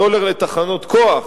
סולר לתחנות כוח,